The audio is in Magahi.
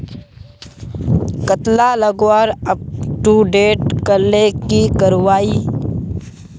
कतला लगवार अपटूडेट करले की करवा ई?